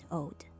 old